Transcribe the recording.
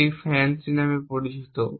একটি FANCI নামে পরিচিত